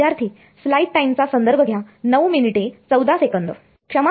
क्षमा करा तिथे कुठे dr नाही